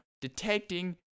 detecting